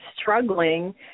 struggling